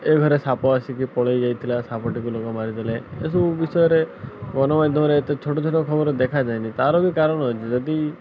ଏ ଘରେ ସାପ ଆସିକି ପଳାଇ ଯାଇଥିଲା ସାପଟିକୁ ଲୋକ ମାରିଥିଲେ ଏସବୁ ବିଷୟରେ ଗଣମାଧ୍ୟମରେ ଏତେ ଛୋଟ ଛୋଟ ଖବର ଦେଖାଯାଏନି ତା'ର ବି କାରଣ ଅଛି ଯଦି